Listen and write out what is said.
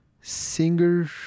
singer